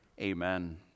Amen